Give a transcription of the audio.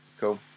cool